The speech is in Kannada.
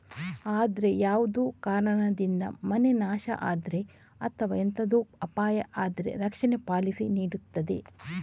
ಅಂದ್ರೆ ಯಾವ್ದಾದ್ರೂ ಕಾರಣದಿಂದ ಮನೆ ನಾಶ ಆದ್ರೆ ಅಥವಾ ಎಂತಾದ್ರೂ ಅಪಾಯ ಆದ್ರೆ ರಕ್ಷಣೆ ಪಾಲಿಸಿ ನೀಡ್ತದೆ